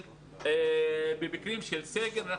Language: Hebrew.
במקרה של סגר,